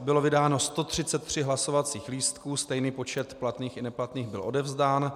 Bylo vydáno 133 hlasovacích lístků, stejný počet platných i neplatných byl odevzdán.